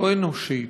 לא-אנושית,